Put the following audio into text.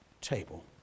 table